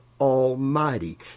Almighty